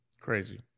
Crazy